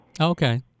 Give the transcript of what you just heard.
Okay